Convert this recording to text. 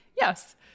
yes